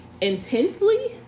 intensely